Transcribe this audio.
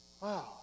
Wow